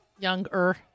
Younger